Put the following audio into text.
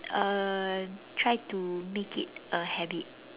uh try to make it a habit